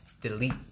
delete